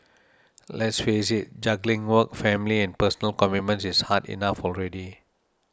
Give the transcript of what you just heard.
let's face it juggling work family and personal commitments is hard enough already